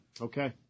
Okay